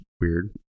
weird